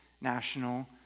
national